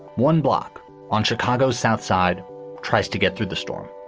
one block on chicago's south side tries to get through the storm.